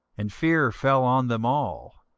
and fear fell on them all,